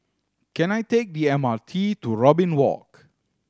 can I take the M R T to Robin Walk